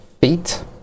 feet